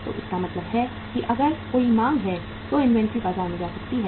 तो इसका मतलब है कि अगर कोई मांग है तो इन्वेंट्री बाजार में जा सकती है